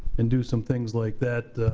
and do some things like that,